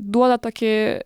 duoda tokį